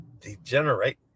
degenerate